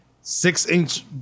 six-inch